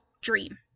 dream